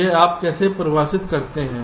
यह आप कैसे परिभाषित करते हैं